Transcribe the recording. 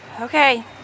Okay